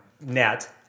net